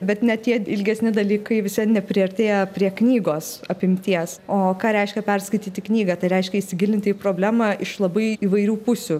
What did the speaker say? bet net tie ilgesni dalykai vis vien nepriartėja prie knygos apimties o ką reiškia perskaityti knygą tai reiškia įsigilinti į problemą iš labai įvairių pusių